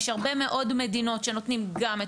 יש הרבה מאוד מדינות שנותנים גם את